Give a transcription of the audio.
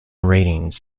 ratings